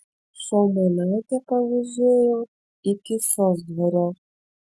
šaumanaitę pavėžėjau iki sosdvario